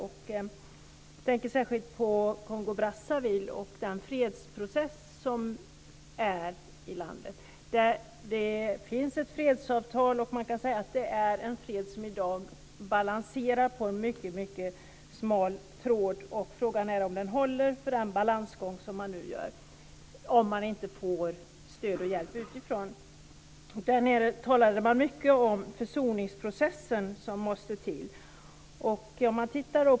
Jag tänker särskilt på Kongo-Brazzaville och den fredsprocess som pågår där. Det finns ett fredsavtal, men freden balanserar i dag på en mycket tunn tråd. Frågan är om den håller för den balansgången, om man inte får stöd och hjälp utifrån. Man talade där nere mycket om den försoningsprocess som måste komma till stånd.